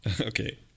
okay